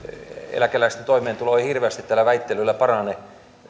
eläkeläisten toimeentulo ei hirveästi tällä väittelyllä parane